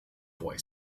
boy